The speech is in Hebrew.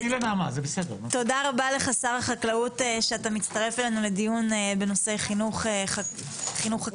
תודה רבה לך שר החקלאות שאתה מצטרף אלינו לדיון בנושא חינוך חקלאי.